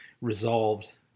resolved